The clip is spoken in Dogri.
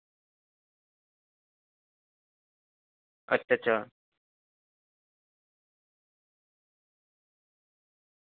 अच्छा अच्छा